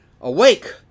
Awake